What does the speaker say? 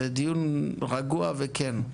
זה דיון רגוע וכן.